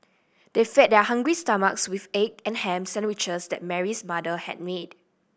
they fed their hungry stomachs with the egg and ham sandwiches that Mary's mother had made